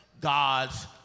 God's